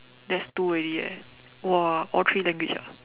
that's two already eh !wah! all three language ah